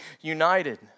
united